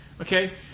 Okay